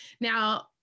Now